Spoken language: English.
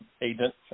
agent